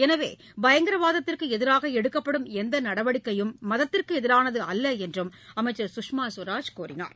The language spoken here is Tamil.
எனவே பயங்கரவாதத்திற்கு எதிராக எடுக்கப்படும் எந்த நடவடிக்கையும் மதத்திற்கு எதிரானது அல்ல என்று அமைச்சர் சுஷ்மா சுவராஜ் கூறினார்